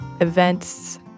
events